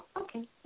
Okay